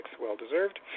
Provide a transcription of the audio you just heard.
well-deserved